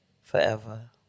forever